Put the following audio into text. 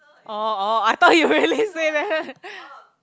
orh orh I thought you really say that